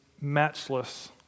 matchless